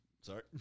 Sorry